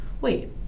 wait